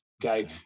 Okay